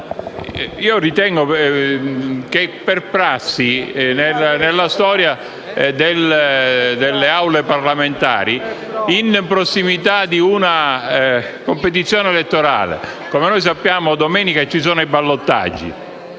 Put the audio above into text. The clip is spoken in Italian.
io ritengo che ci sia una prassi nella storia delle assemblee parlamentari in prossimità di una competizione elettorale. Come noi sappiamo, domenica ci sono i ballottaggi,